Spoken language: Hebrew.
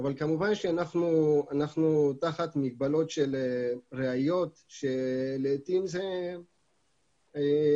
כמובן שאנחנו תחת מגבלות של ראיות ולעתים זו עבודה